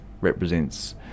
represents